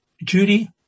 Judy